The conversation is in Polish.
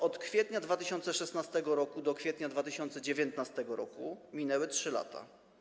Od kwietnia 2016 r. do kwietnia 2019 r. minęły 3 lata.